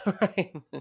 Right